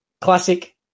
Classic